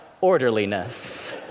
Orderliness